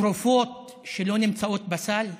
תרופות שלא נמצאות בסל,